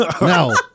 No